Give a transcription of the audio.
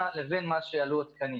אסיים.